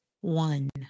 one